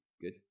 good